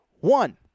One